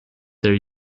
their